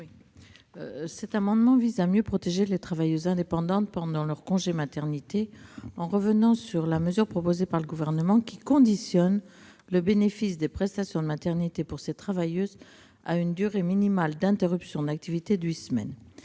Cet amendement vise à mieux protéger les travailleuses indépendantes pendant leur congé maternité, en revenant sur la mesure proposée par le Gouvernement, qui conditionne le bénéfice des prestations de maternité pour ces travailleuses à une durée minimale d'interruption d'activité de huit semaines.